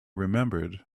remembered